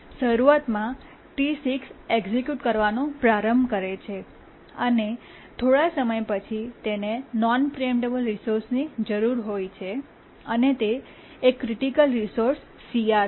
શરૂઆતમાં T6 execute કરવાનું પ્રારંભ કરે છે અને થોડા સમય પછી તેને નોન પ્રીએમ્પટેબલ રિસોર્સની જરૂર હોય છે અને તે એક ક્રિટિકલ રિસોર્સ CR છે